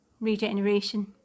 regeneration